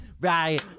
Right